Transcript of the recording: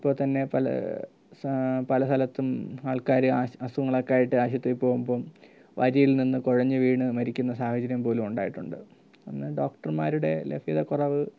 ഇപ്പോള്ത്തന്നെ പല പല സ്ഥലത്തും ആൾക്കാര് അസുഖങ്ങളൊക്കെ ആയിട്ട് ആശുപത്രിയില് പോകുമ്പോള് വരിയിൽനിന്ന് കുഴഞ്ഞു വീണ് മരിക്കുന്ന സാഹചര്യം പോലും ഉണ്ടായിട്ടുണ്ട് ഒന്ന് ഡോക്ടർമാരുടെ ലഭ്യതക്കുറവ്